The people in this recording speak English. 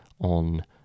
on